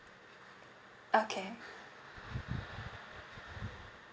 okay